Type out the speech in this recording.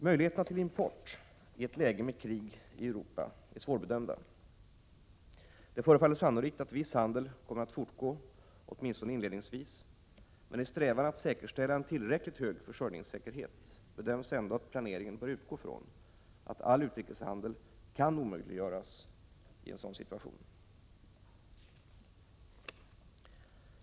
Möjligheterna till import i ett läge med krig i Europa är svårbedömda. Det förefaller sannolikt att viss handel kommer att fortgå åtminstone inledningsvis, men i strävan att säkerställa en tillräckligt stor försörjningssäkerhet bedöms ändå att planeringen bör utgå från att all utrikeshandel kan omöjliggöras i en sådan situation.